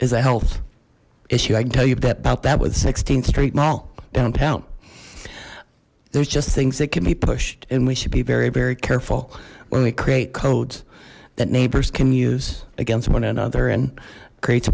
is a health issue i can tell you about that with th street mall down there's just things that can be pushed and we should be very very careful when we create codes that neighbors can use against one another and create